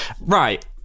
right